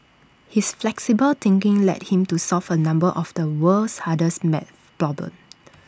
his flexible thinking led him to solve A number of the world's hardest math problems